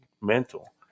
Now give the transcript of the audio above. mental